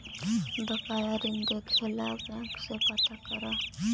बकाया ऋण देखे ला बैंक से पता करअ